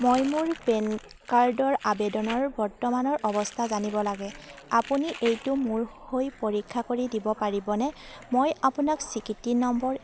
মই মোৰ পেন কাৰ্ডৰ আবেদনৰ বৰ্তমানৰ অৱস্থা জানিব লাগে আপুনি এইটো মোৰ হৈ পৰীক্ষা কৰি দিব পাৰিবনে মই আপোনাক স্বীকৃতি নম্বৰ